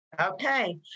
Okay